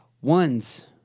Ones